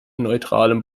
neutralem